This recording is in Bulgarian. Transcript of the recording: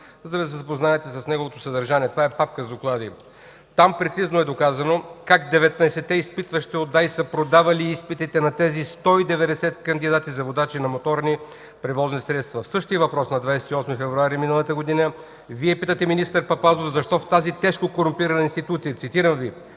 за да се запознаете с неговото съдържание. Това е папка с доклади. Там прецизно е доказано как 19-те изпитващи от ДАИ са продавали изпитите на тези 190 кандидати за водачи на моторни превозни средства. Същият въпрос на 28 февруари, миналата година, Вие питате министър Папазов защо в тази тежко корумпирана институция, цитирам Ви: